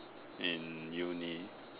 in uni